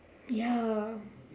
ya